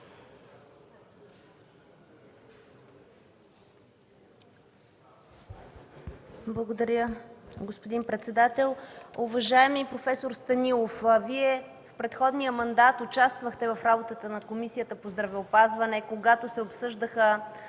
Благодаря, господин председател. Уважаеми проф. Станилов, Вие в предходния мандат участвахте в работата на Комисията по здравеопазване, когато се обсъждаха